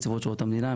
נציבות שירות המדינה,